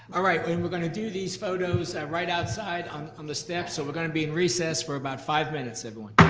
ah right, but and we're gonna do these photos right outside on on the steps, so we're gonna be in recess for about five minutes, everyone.